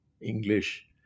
english